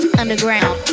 underground